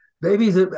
Babies